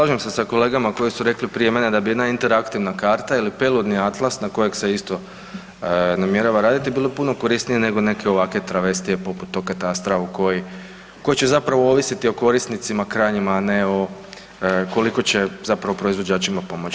Slažem se sa kolegama koji su rekli prije mene da bi jedna interaktivna karta ili peludni atlas na kojeg se isto namjerava raditi, budu puno korisniji nego neke ovakve travestije poput tog katastra koji će zapravo ovisiti o korisnicima krajnjima a ne koliko će zapravo proizvođačima pomoći.